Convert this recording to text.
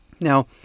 now